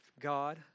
God